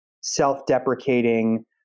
self-deprecating